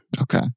Okay